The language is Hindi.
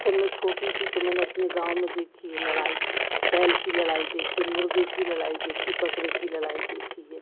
जब मैं छोटी थी तो मैंने अपने गाँव में देखी है लड़ाई बैल की लड़ाई देखी मुर्ग़े की लड़ाई देखी बकरे की लड़ाई देखी है